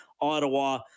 Ottawa